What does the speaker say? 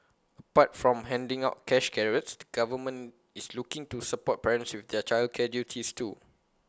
apart from handing out cash carrots the government is looking to support parents with their childcare duties too